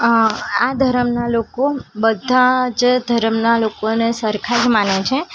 આ આ ધર્મના લોકો બધા જ ધર્મના લોકોને સરખા જ માને છે